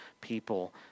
people